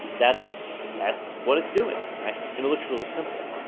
that's that's what it's doing, right? and it looks really simple.